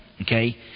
okay